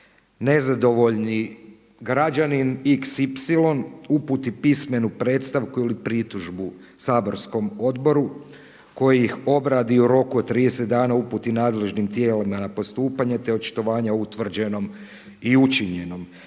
Nezadovoljni građanin xy uputi pismenu predstavku ili pritužbu saborskom odboru koji ih obradi u roku od 30 dana, uputi nadležnim tijelima na postupanje, te očitovanja utvrđenom i učinjenom.